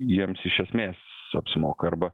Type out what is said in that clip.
jiems iš esmės apsimoka arba